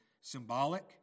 symbolic